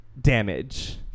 Damage